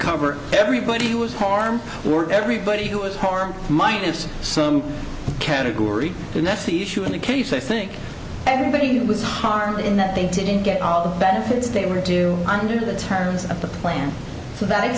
cover everybody who was harmed work everybody who is harmed minus some category and that's the issue in the case i think everybody was harmed in that they didn't get all the benefits they were due under the terms of the plan so that